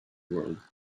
world